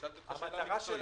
שאלתי אותך שאלה מקצועית.